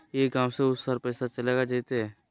ई गांव से ऊ शहर पैसा चलेगा जयते?